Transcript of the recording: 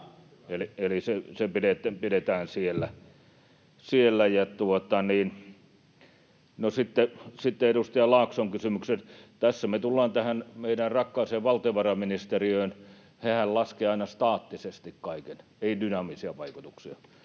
Eli se pidetään siellä. No sitten edustaja Laakson kysymykseen: Tässä me tullaan tähän meidän rakkaaseen valtiovarainministeriöön. Hehän laskevat aina staattisesti kaiken, eivät dynaamisia vaikutuksia,